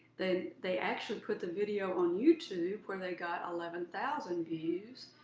they they actually put the video on youtube where they got eleven thousand views.